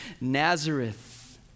Nazareth